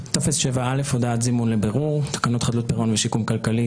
"טופס 7א הודעת זימון לבירור תקנות חדלות פירעון ושיקום כלכלי,